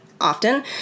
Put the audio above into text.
often